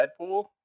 Deadpool